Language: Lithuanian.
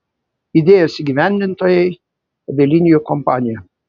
idėjos įgyvendintojai avialinijų kompanija